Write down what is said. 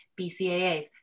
BCAAs